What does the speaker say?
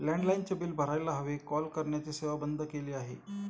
लँडलाइनचे बिल भरायला हवे, कॉल करण्याची सेवा बंद केली आहे